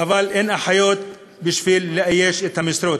אבל אין אחיות שיאיישו את המשרות.